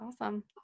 awesome